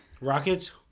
Rockets